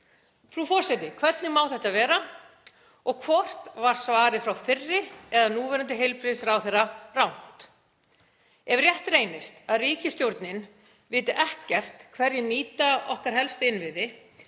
Frú forseti. Hvernig má þetta vera og hvort var svarið frá fyrri eða núverandi heilbrigðisráðherra rangt? Ef rétt reynist að ríkisstjórnin viti ekkert hverjir nýta okkar helstu innviði,